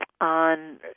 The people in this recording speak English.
on